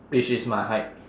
which is my height